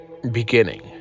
beginning